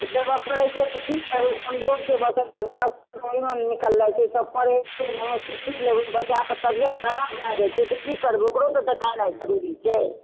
देबऽ पड़ै छै की करबै कमजोर छै बच्चा छुट्टी लेबै बच्चाके तबियत खराब भऽ जाइ छै तऽ की करबै ओकरो तऽ देखेनाइ जरुरी छै